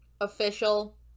official